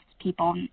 people